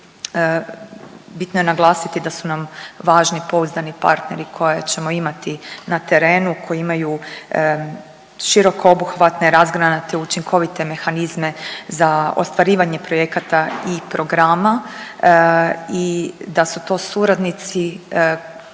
bitno je naglasiti da su nam važni pouzdani partneri koje ćemo imati na terenu, koji imaju široko obuhvatne, razgranate i učinkovite mehanizme za ostvarivanje projekata i programa i da su to suradnici koji